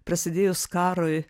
prasidėjus karui